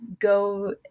go